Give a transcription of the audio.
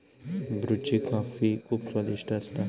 ब्रुची कॉफी खुप स्वादिष्ट असता